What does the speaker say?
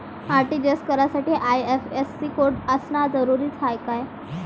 RTGS करासाठी IFSC code असनं जरुरीच हाय का?